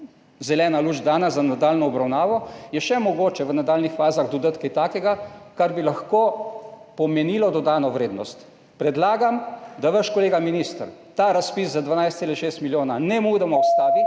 zelena luč dana za nadaljnjo obravnavo, je še mogoče v nadaljnjih fazah dodati kaj takega, kar bi lahko pomenilo dodano vrednost. Predlagam, da vaš kolega minister ta razpis za 12,6 milijona nemudoma ustavi,